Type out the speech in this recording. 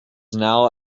now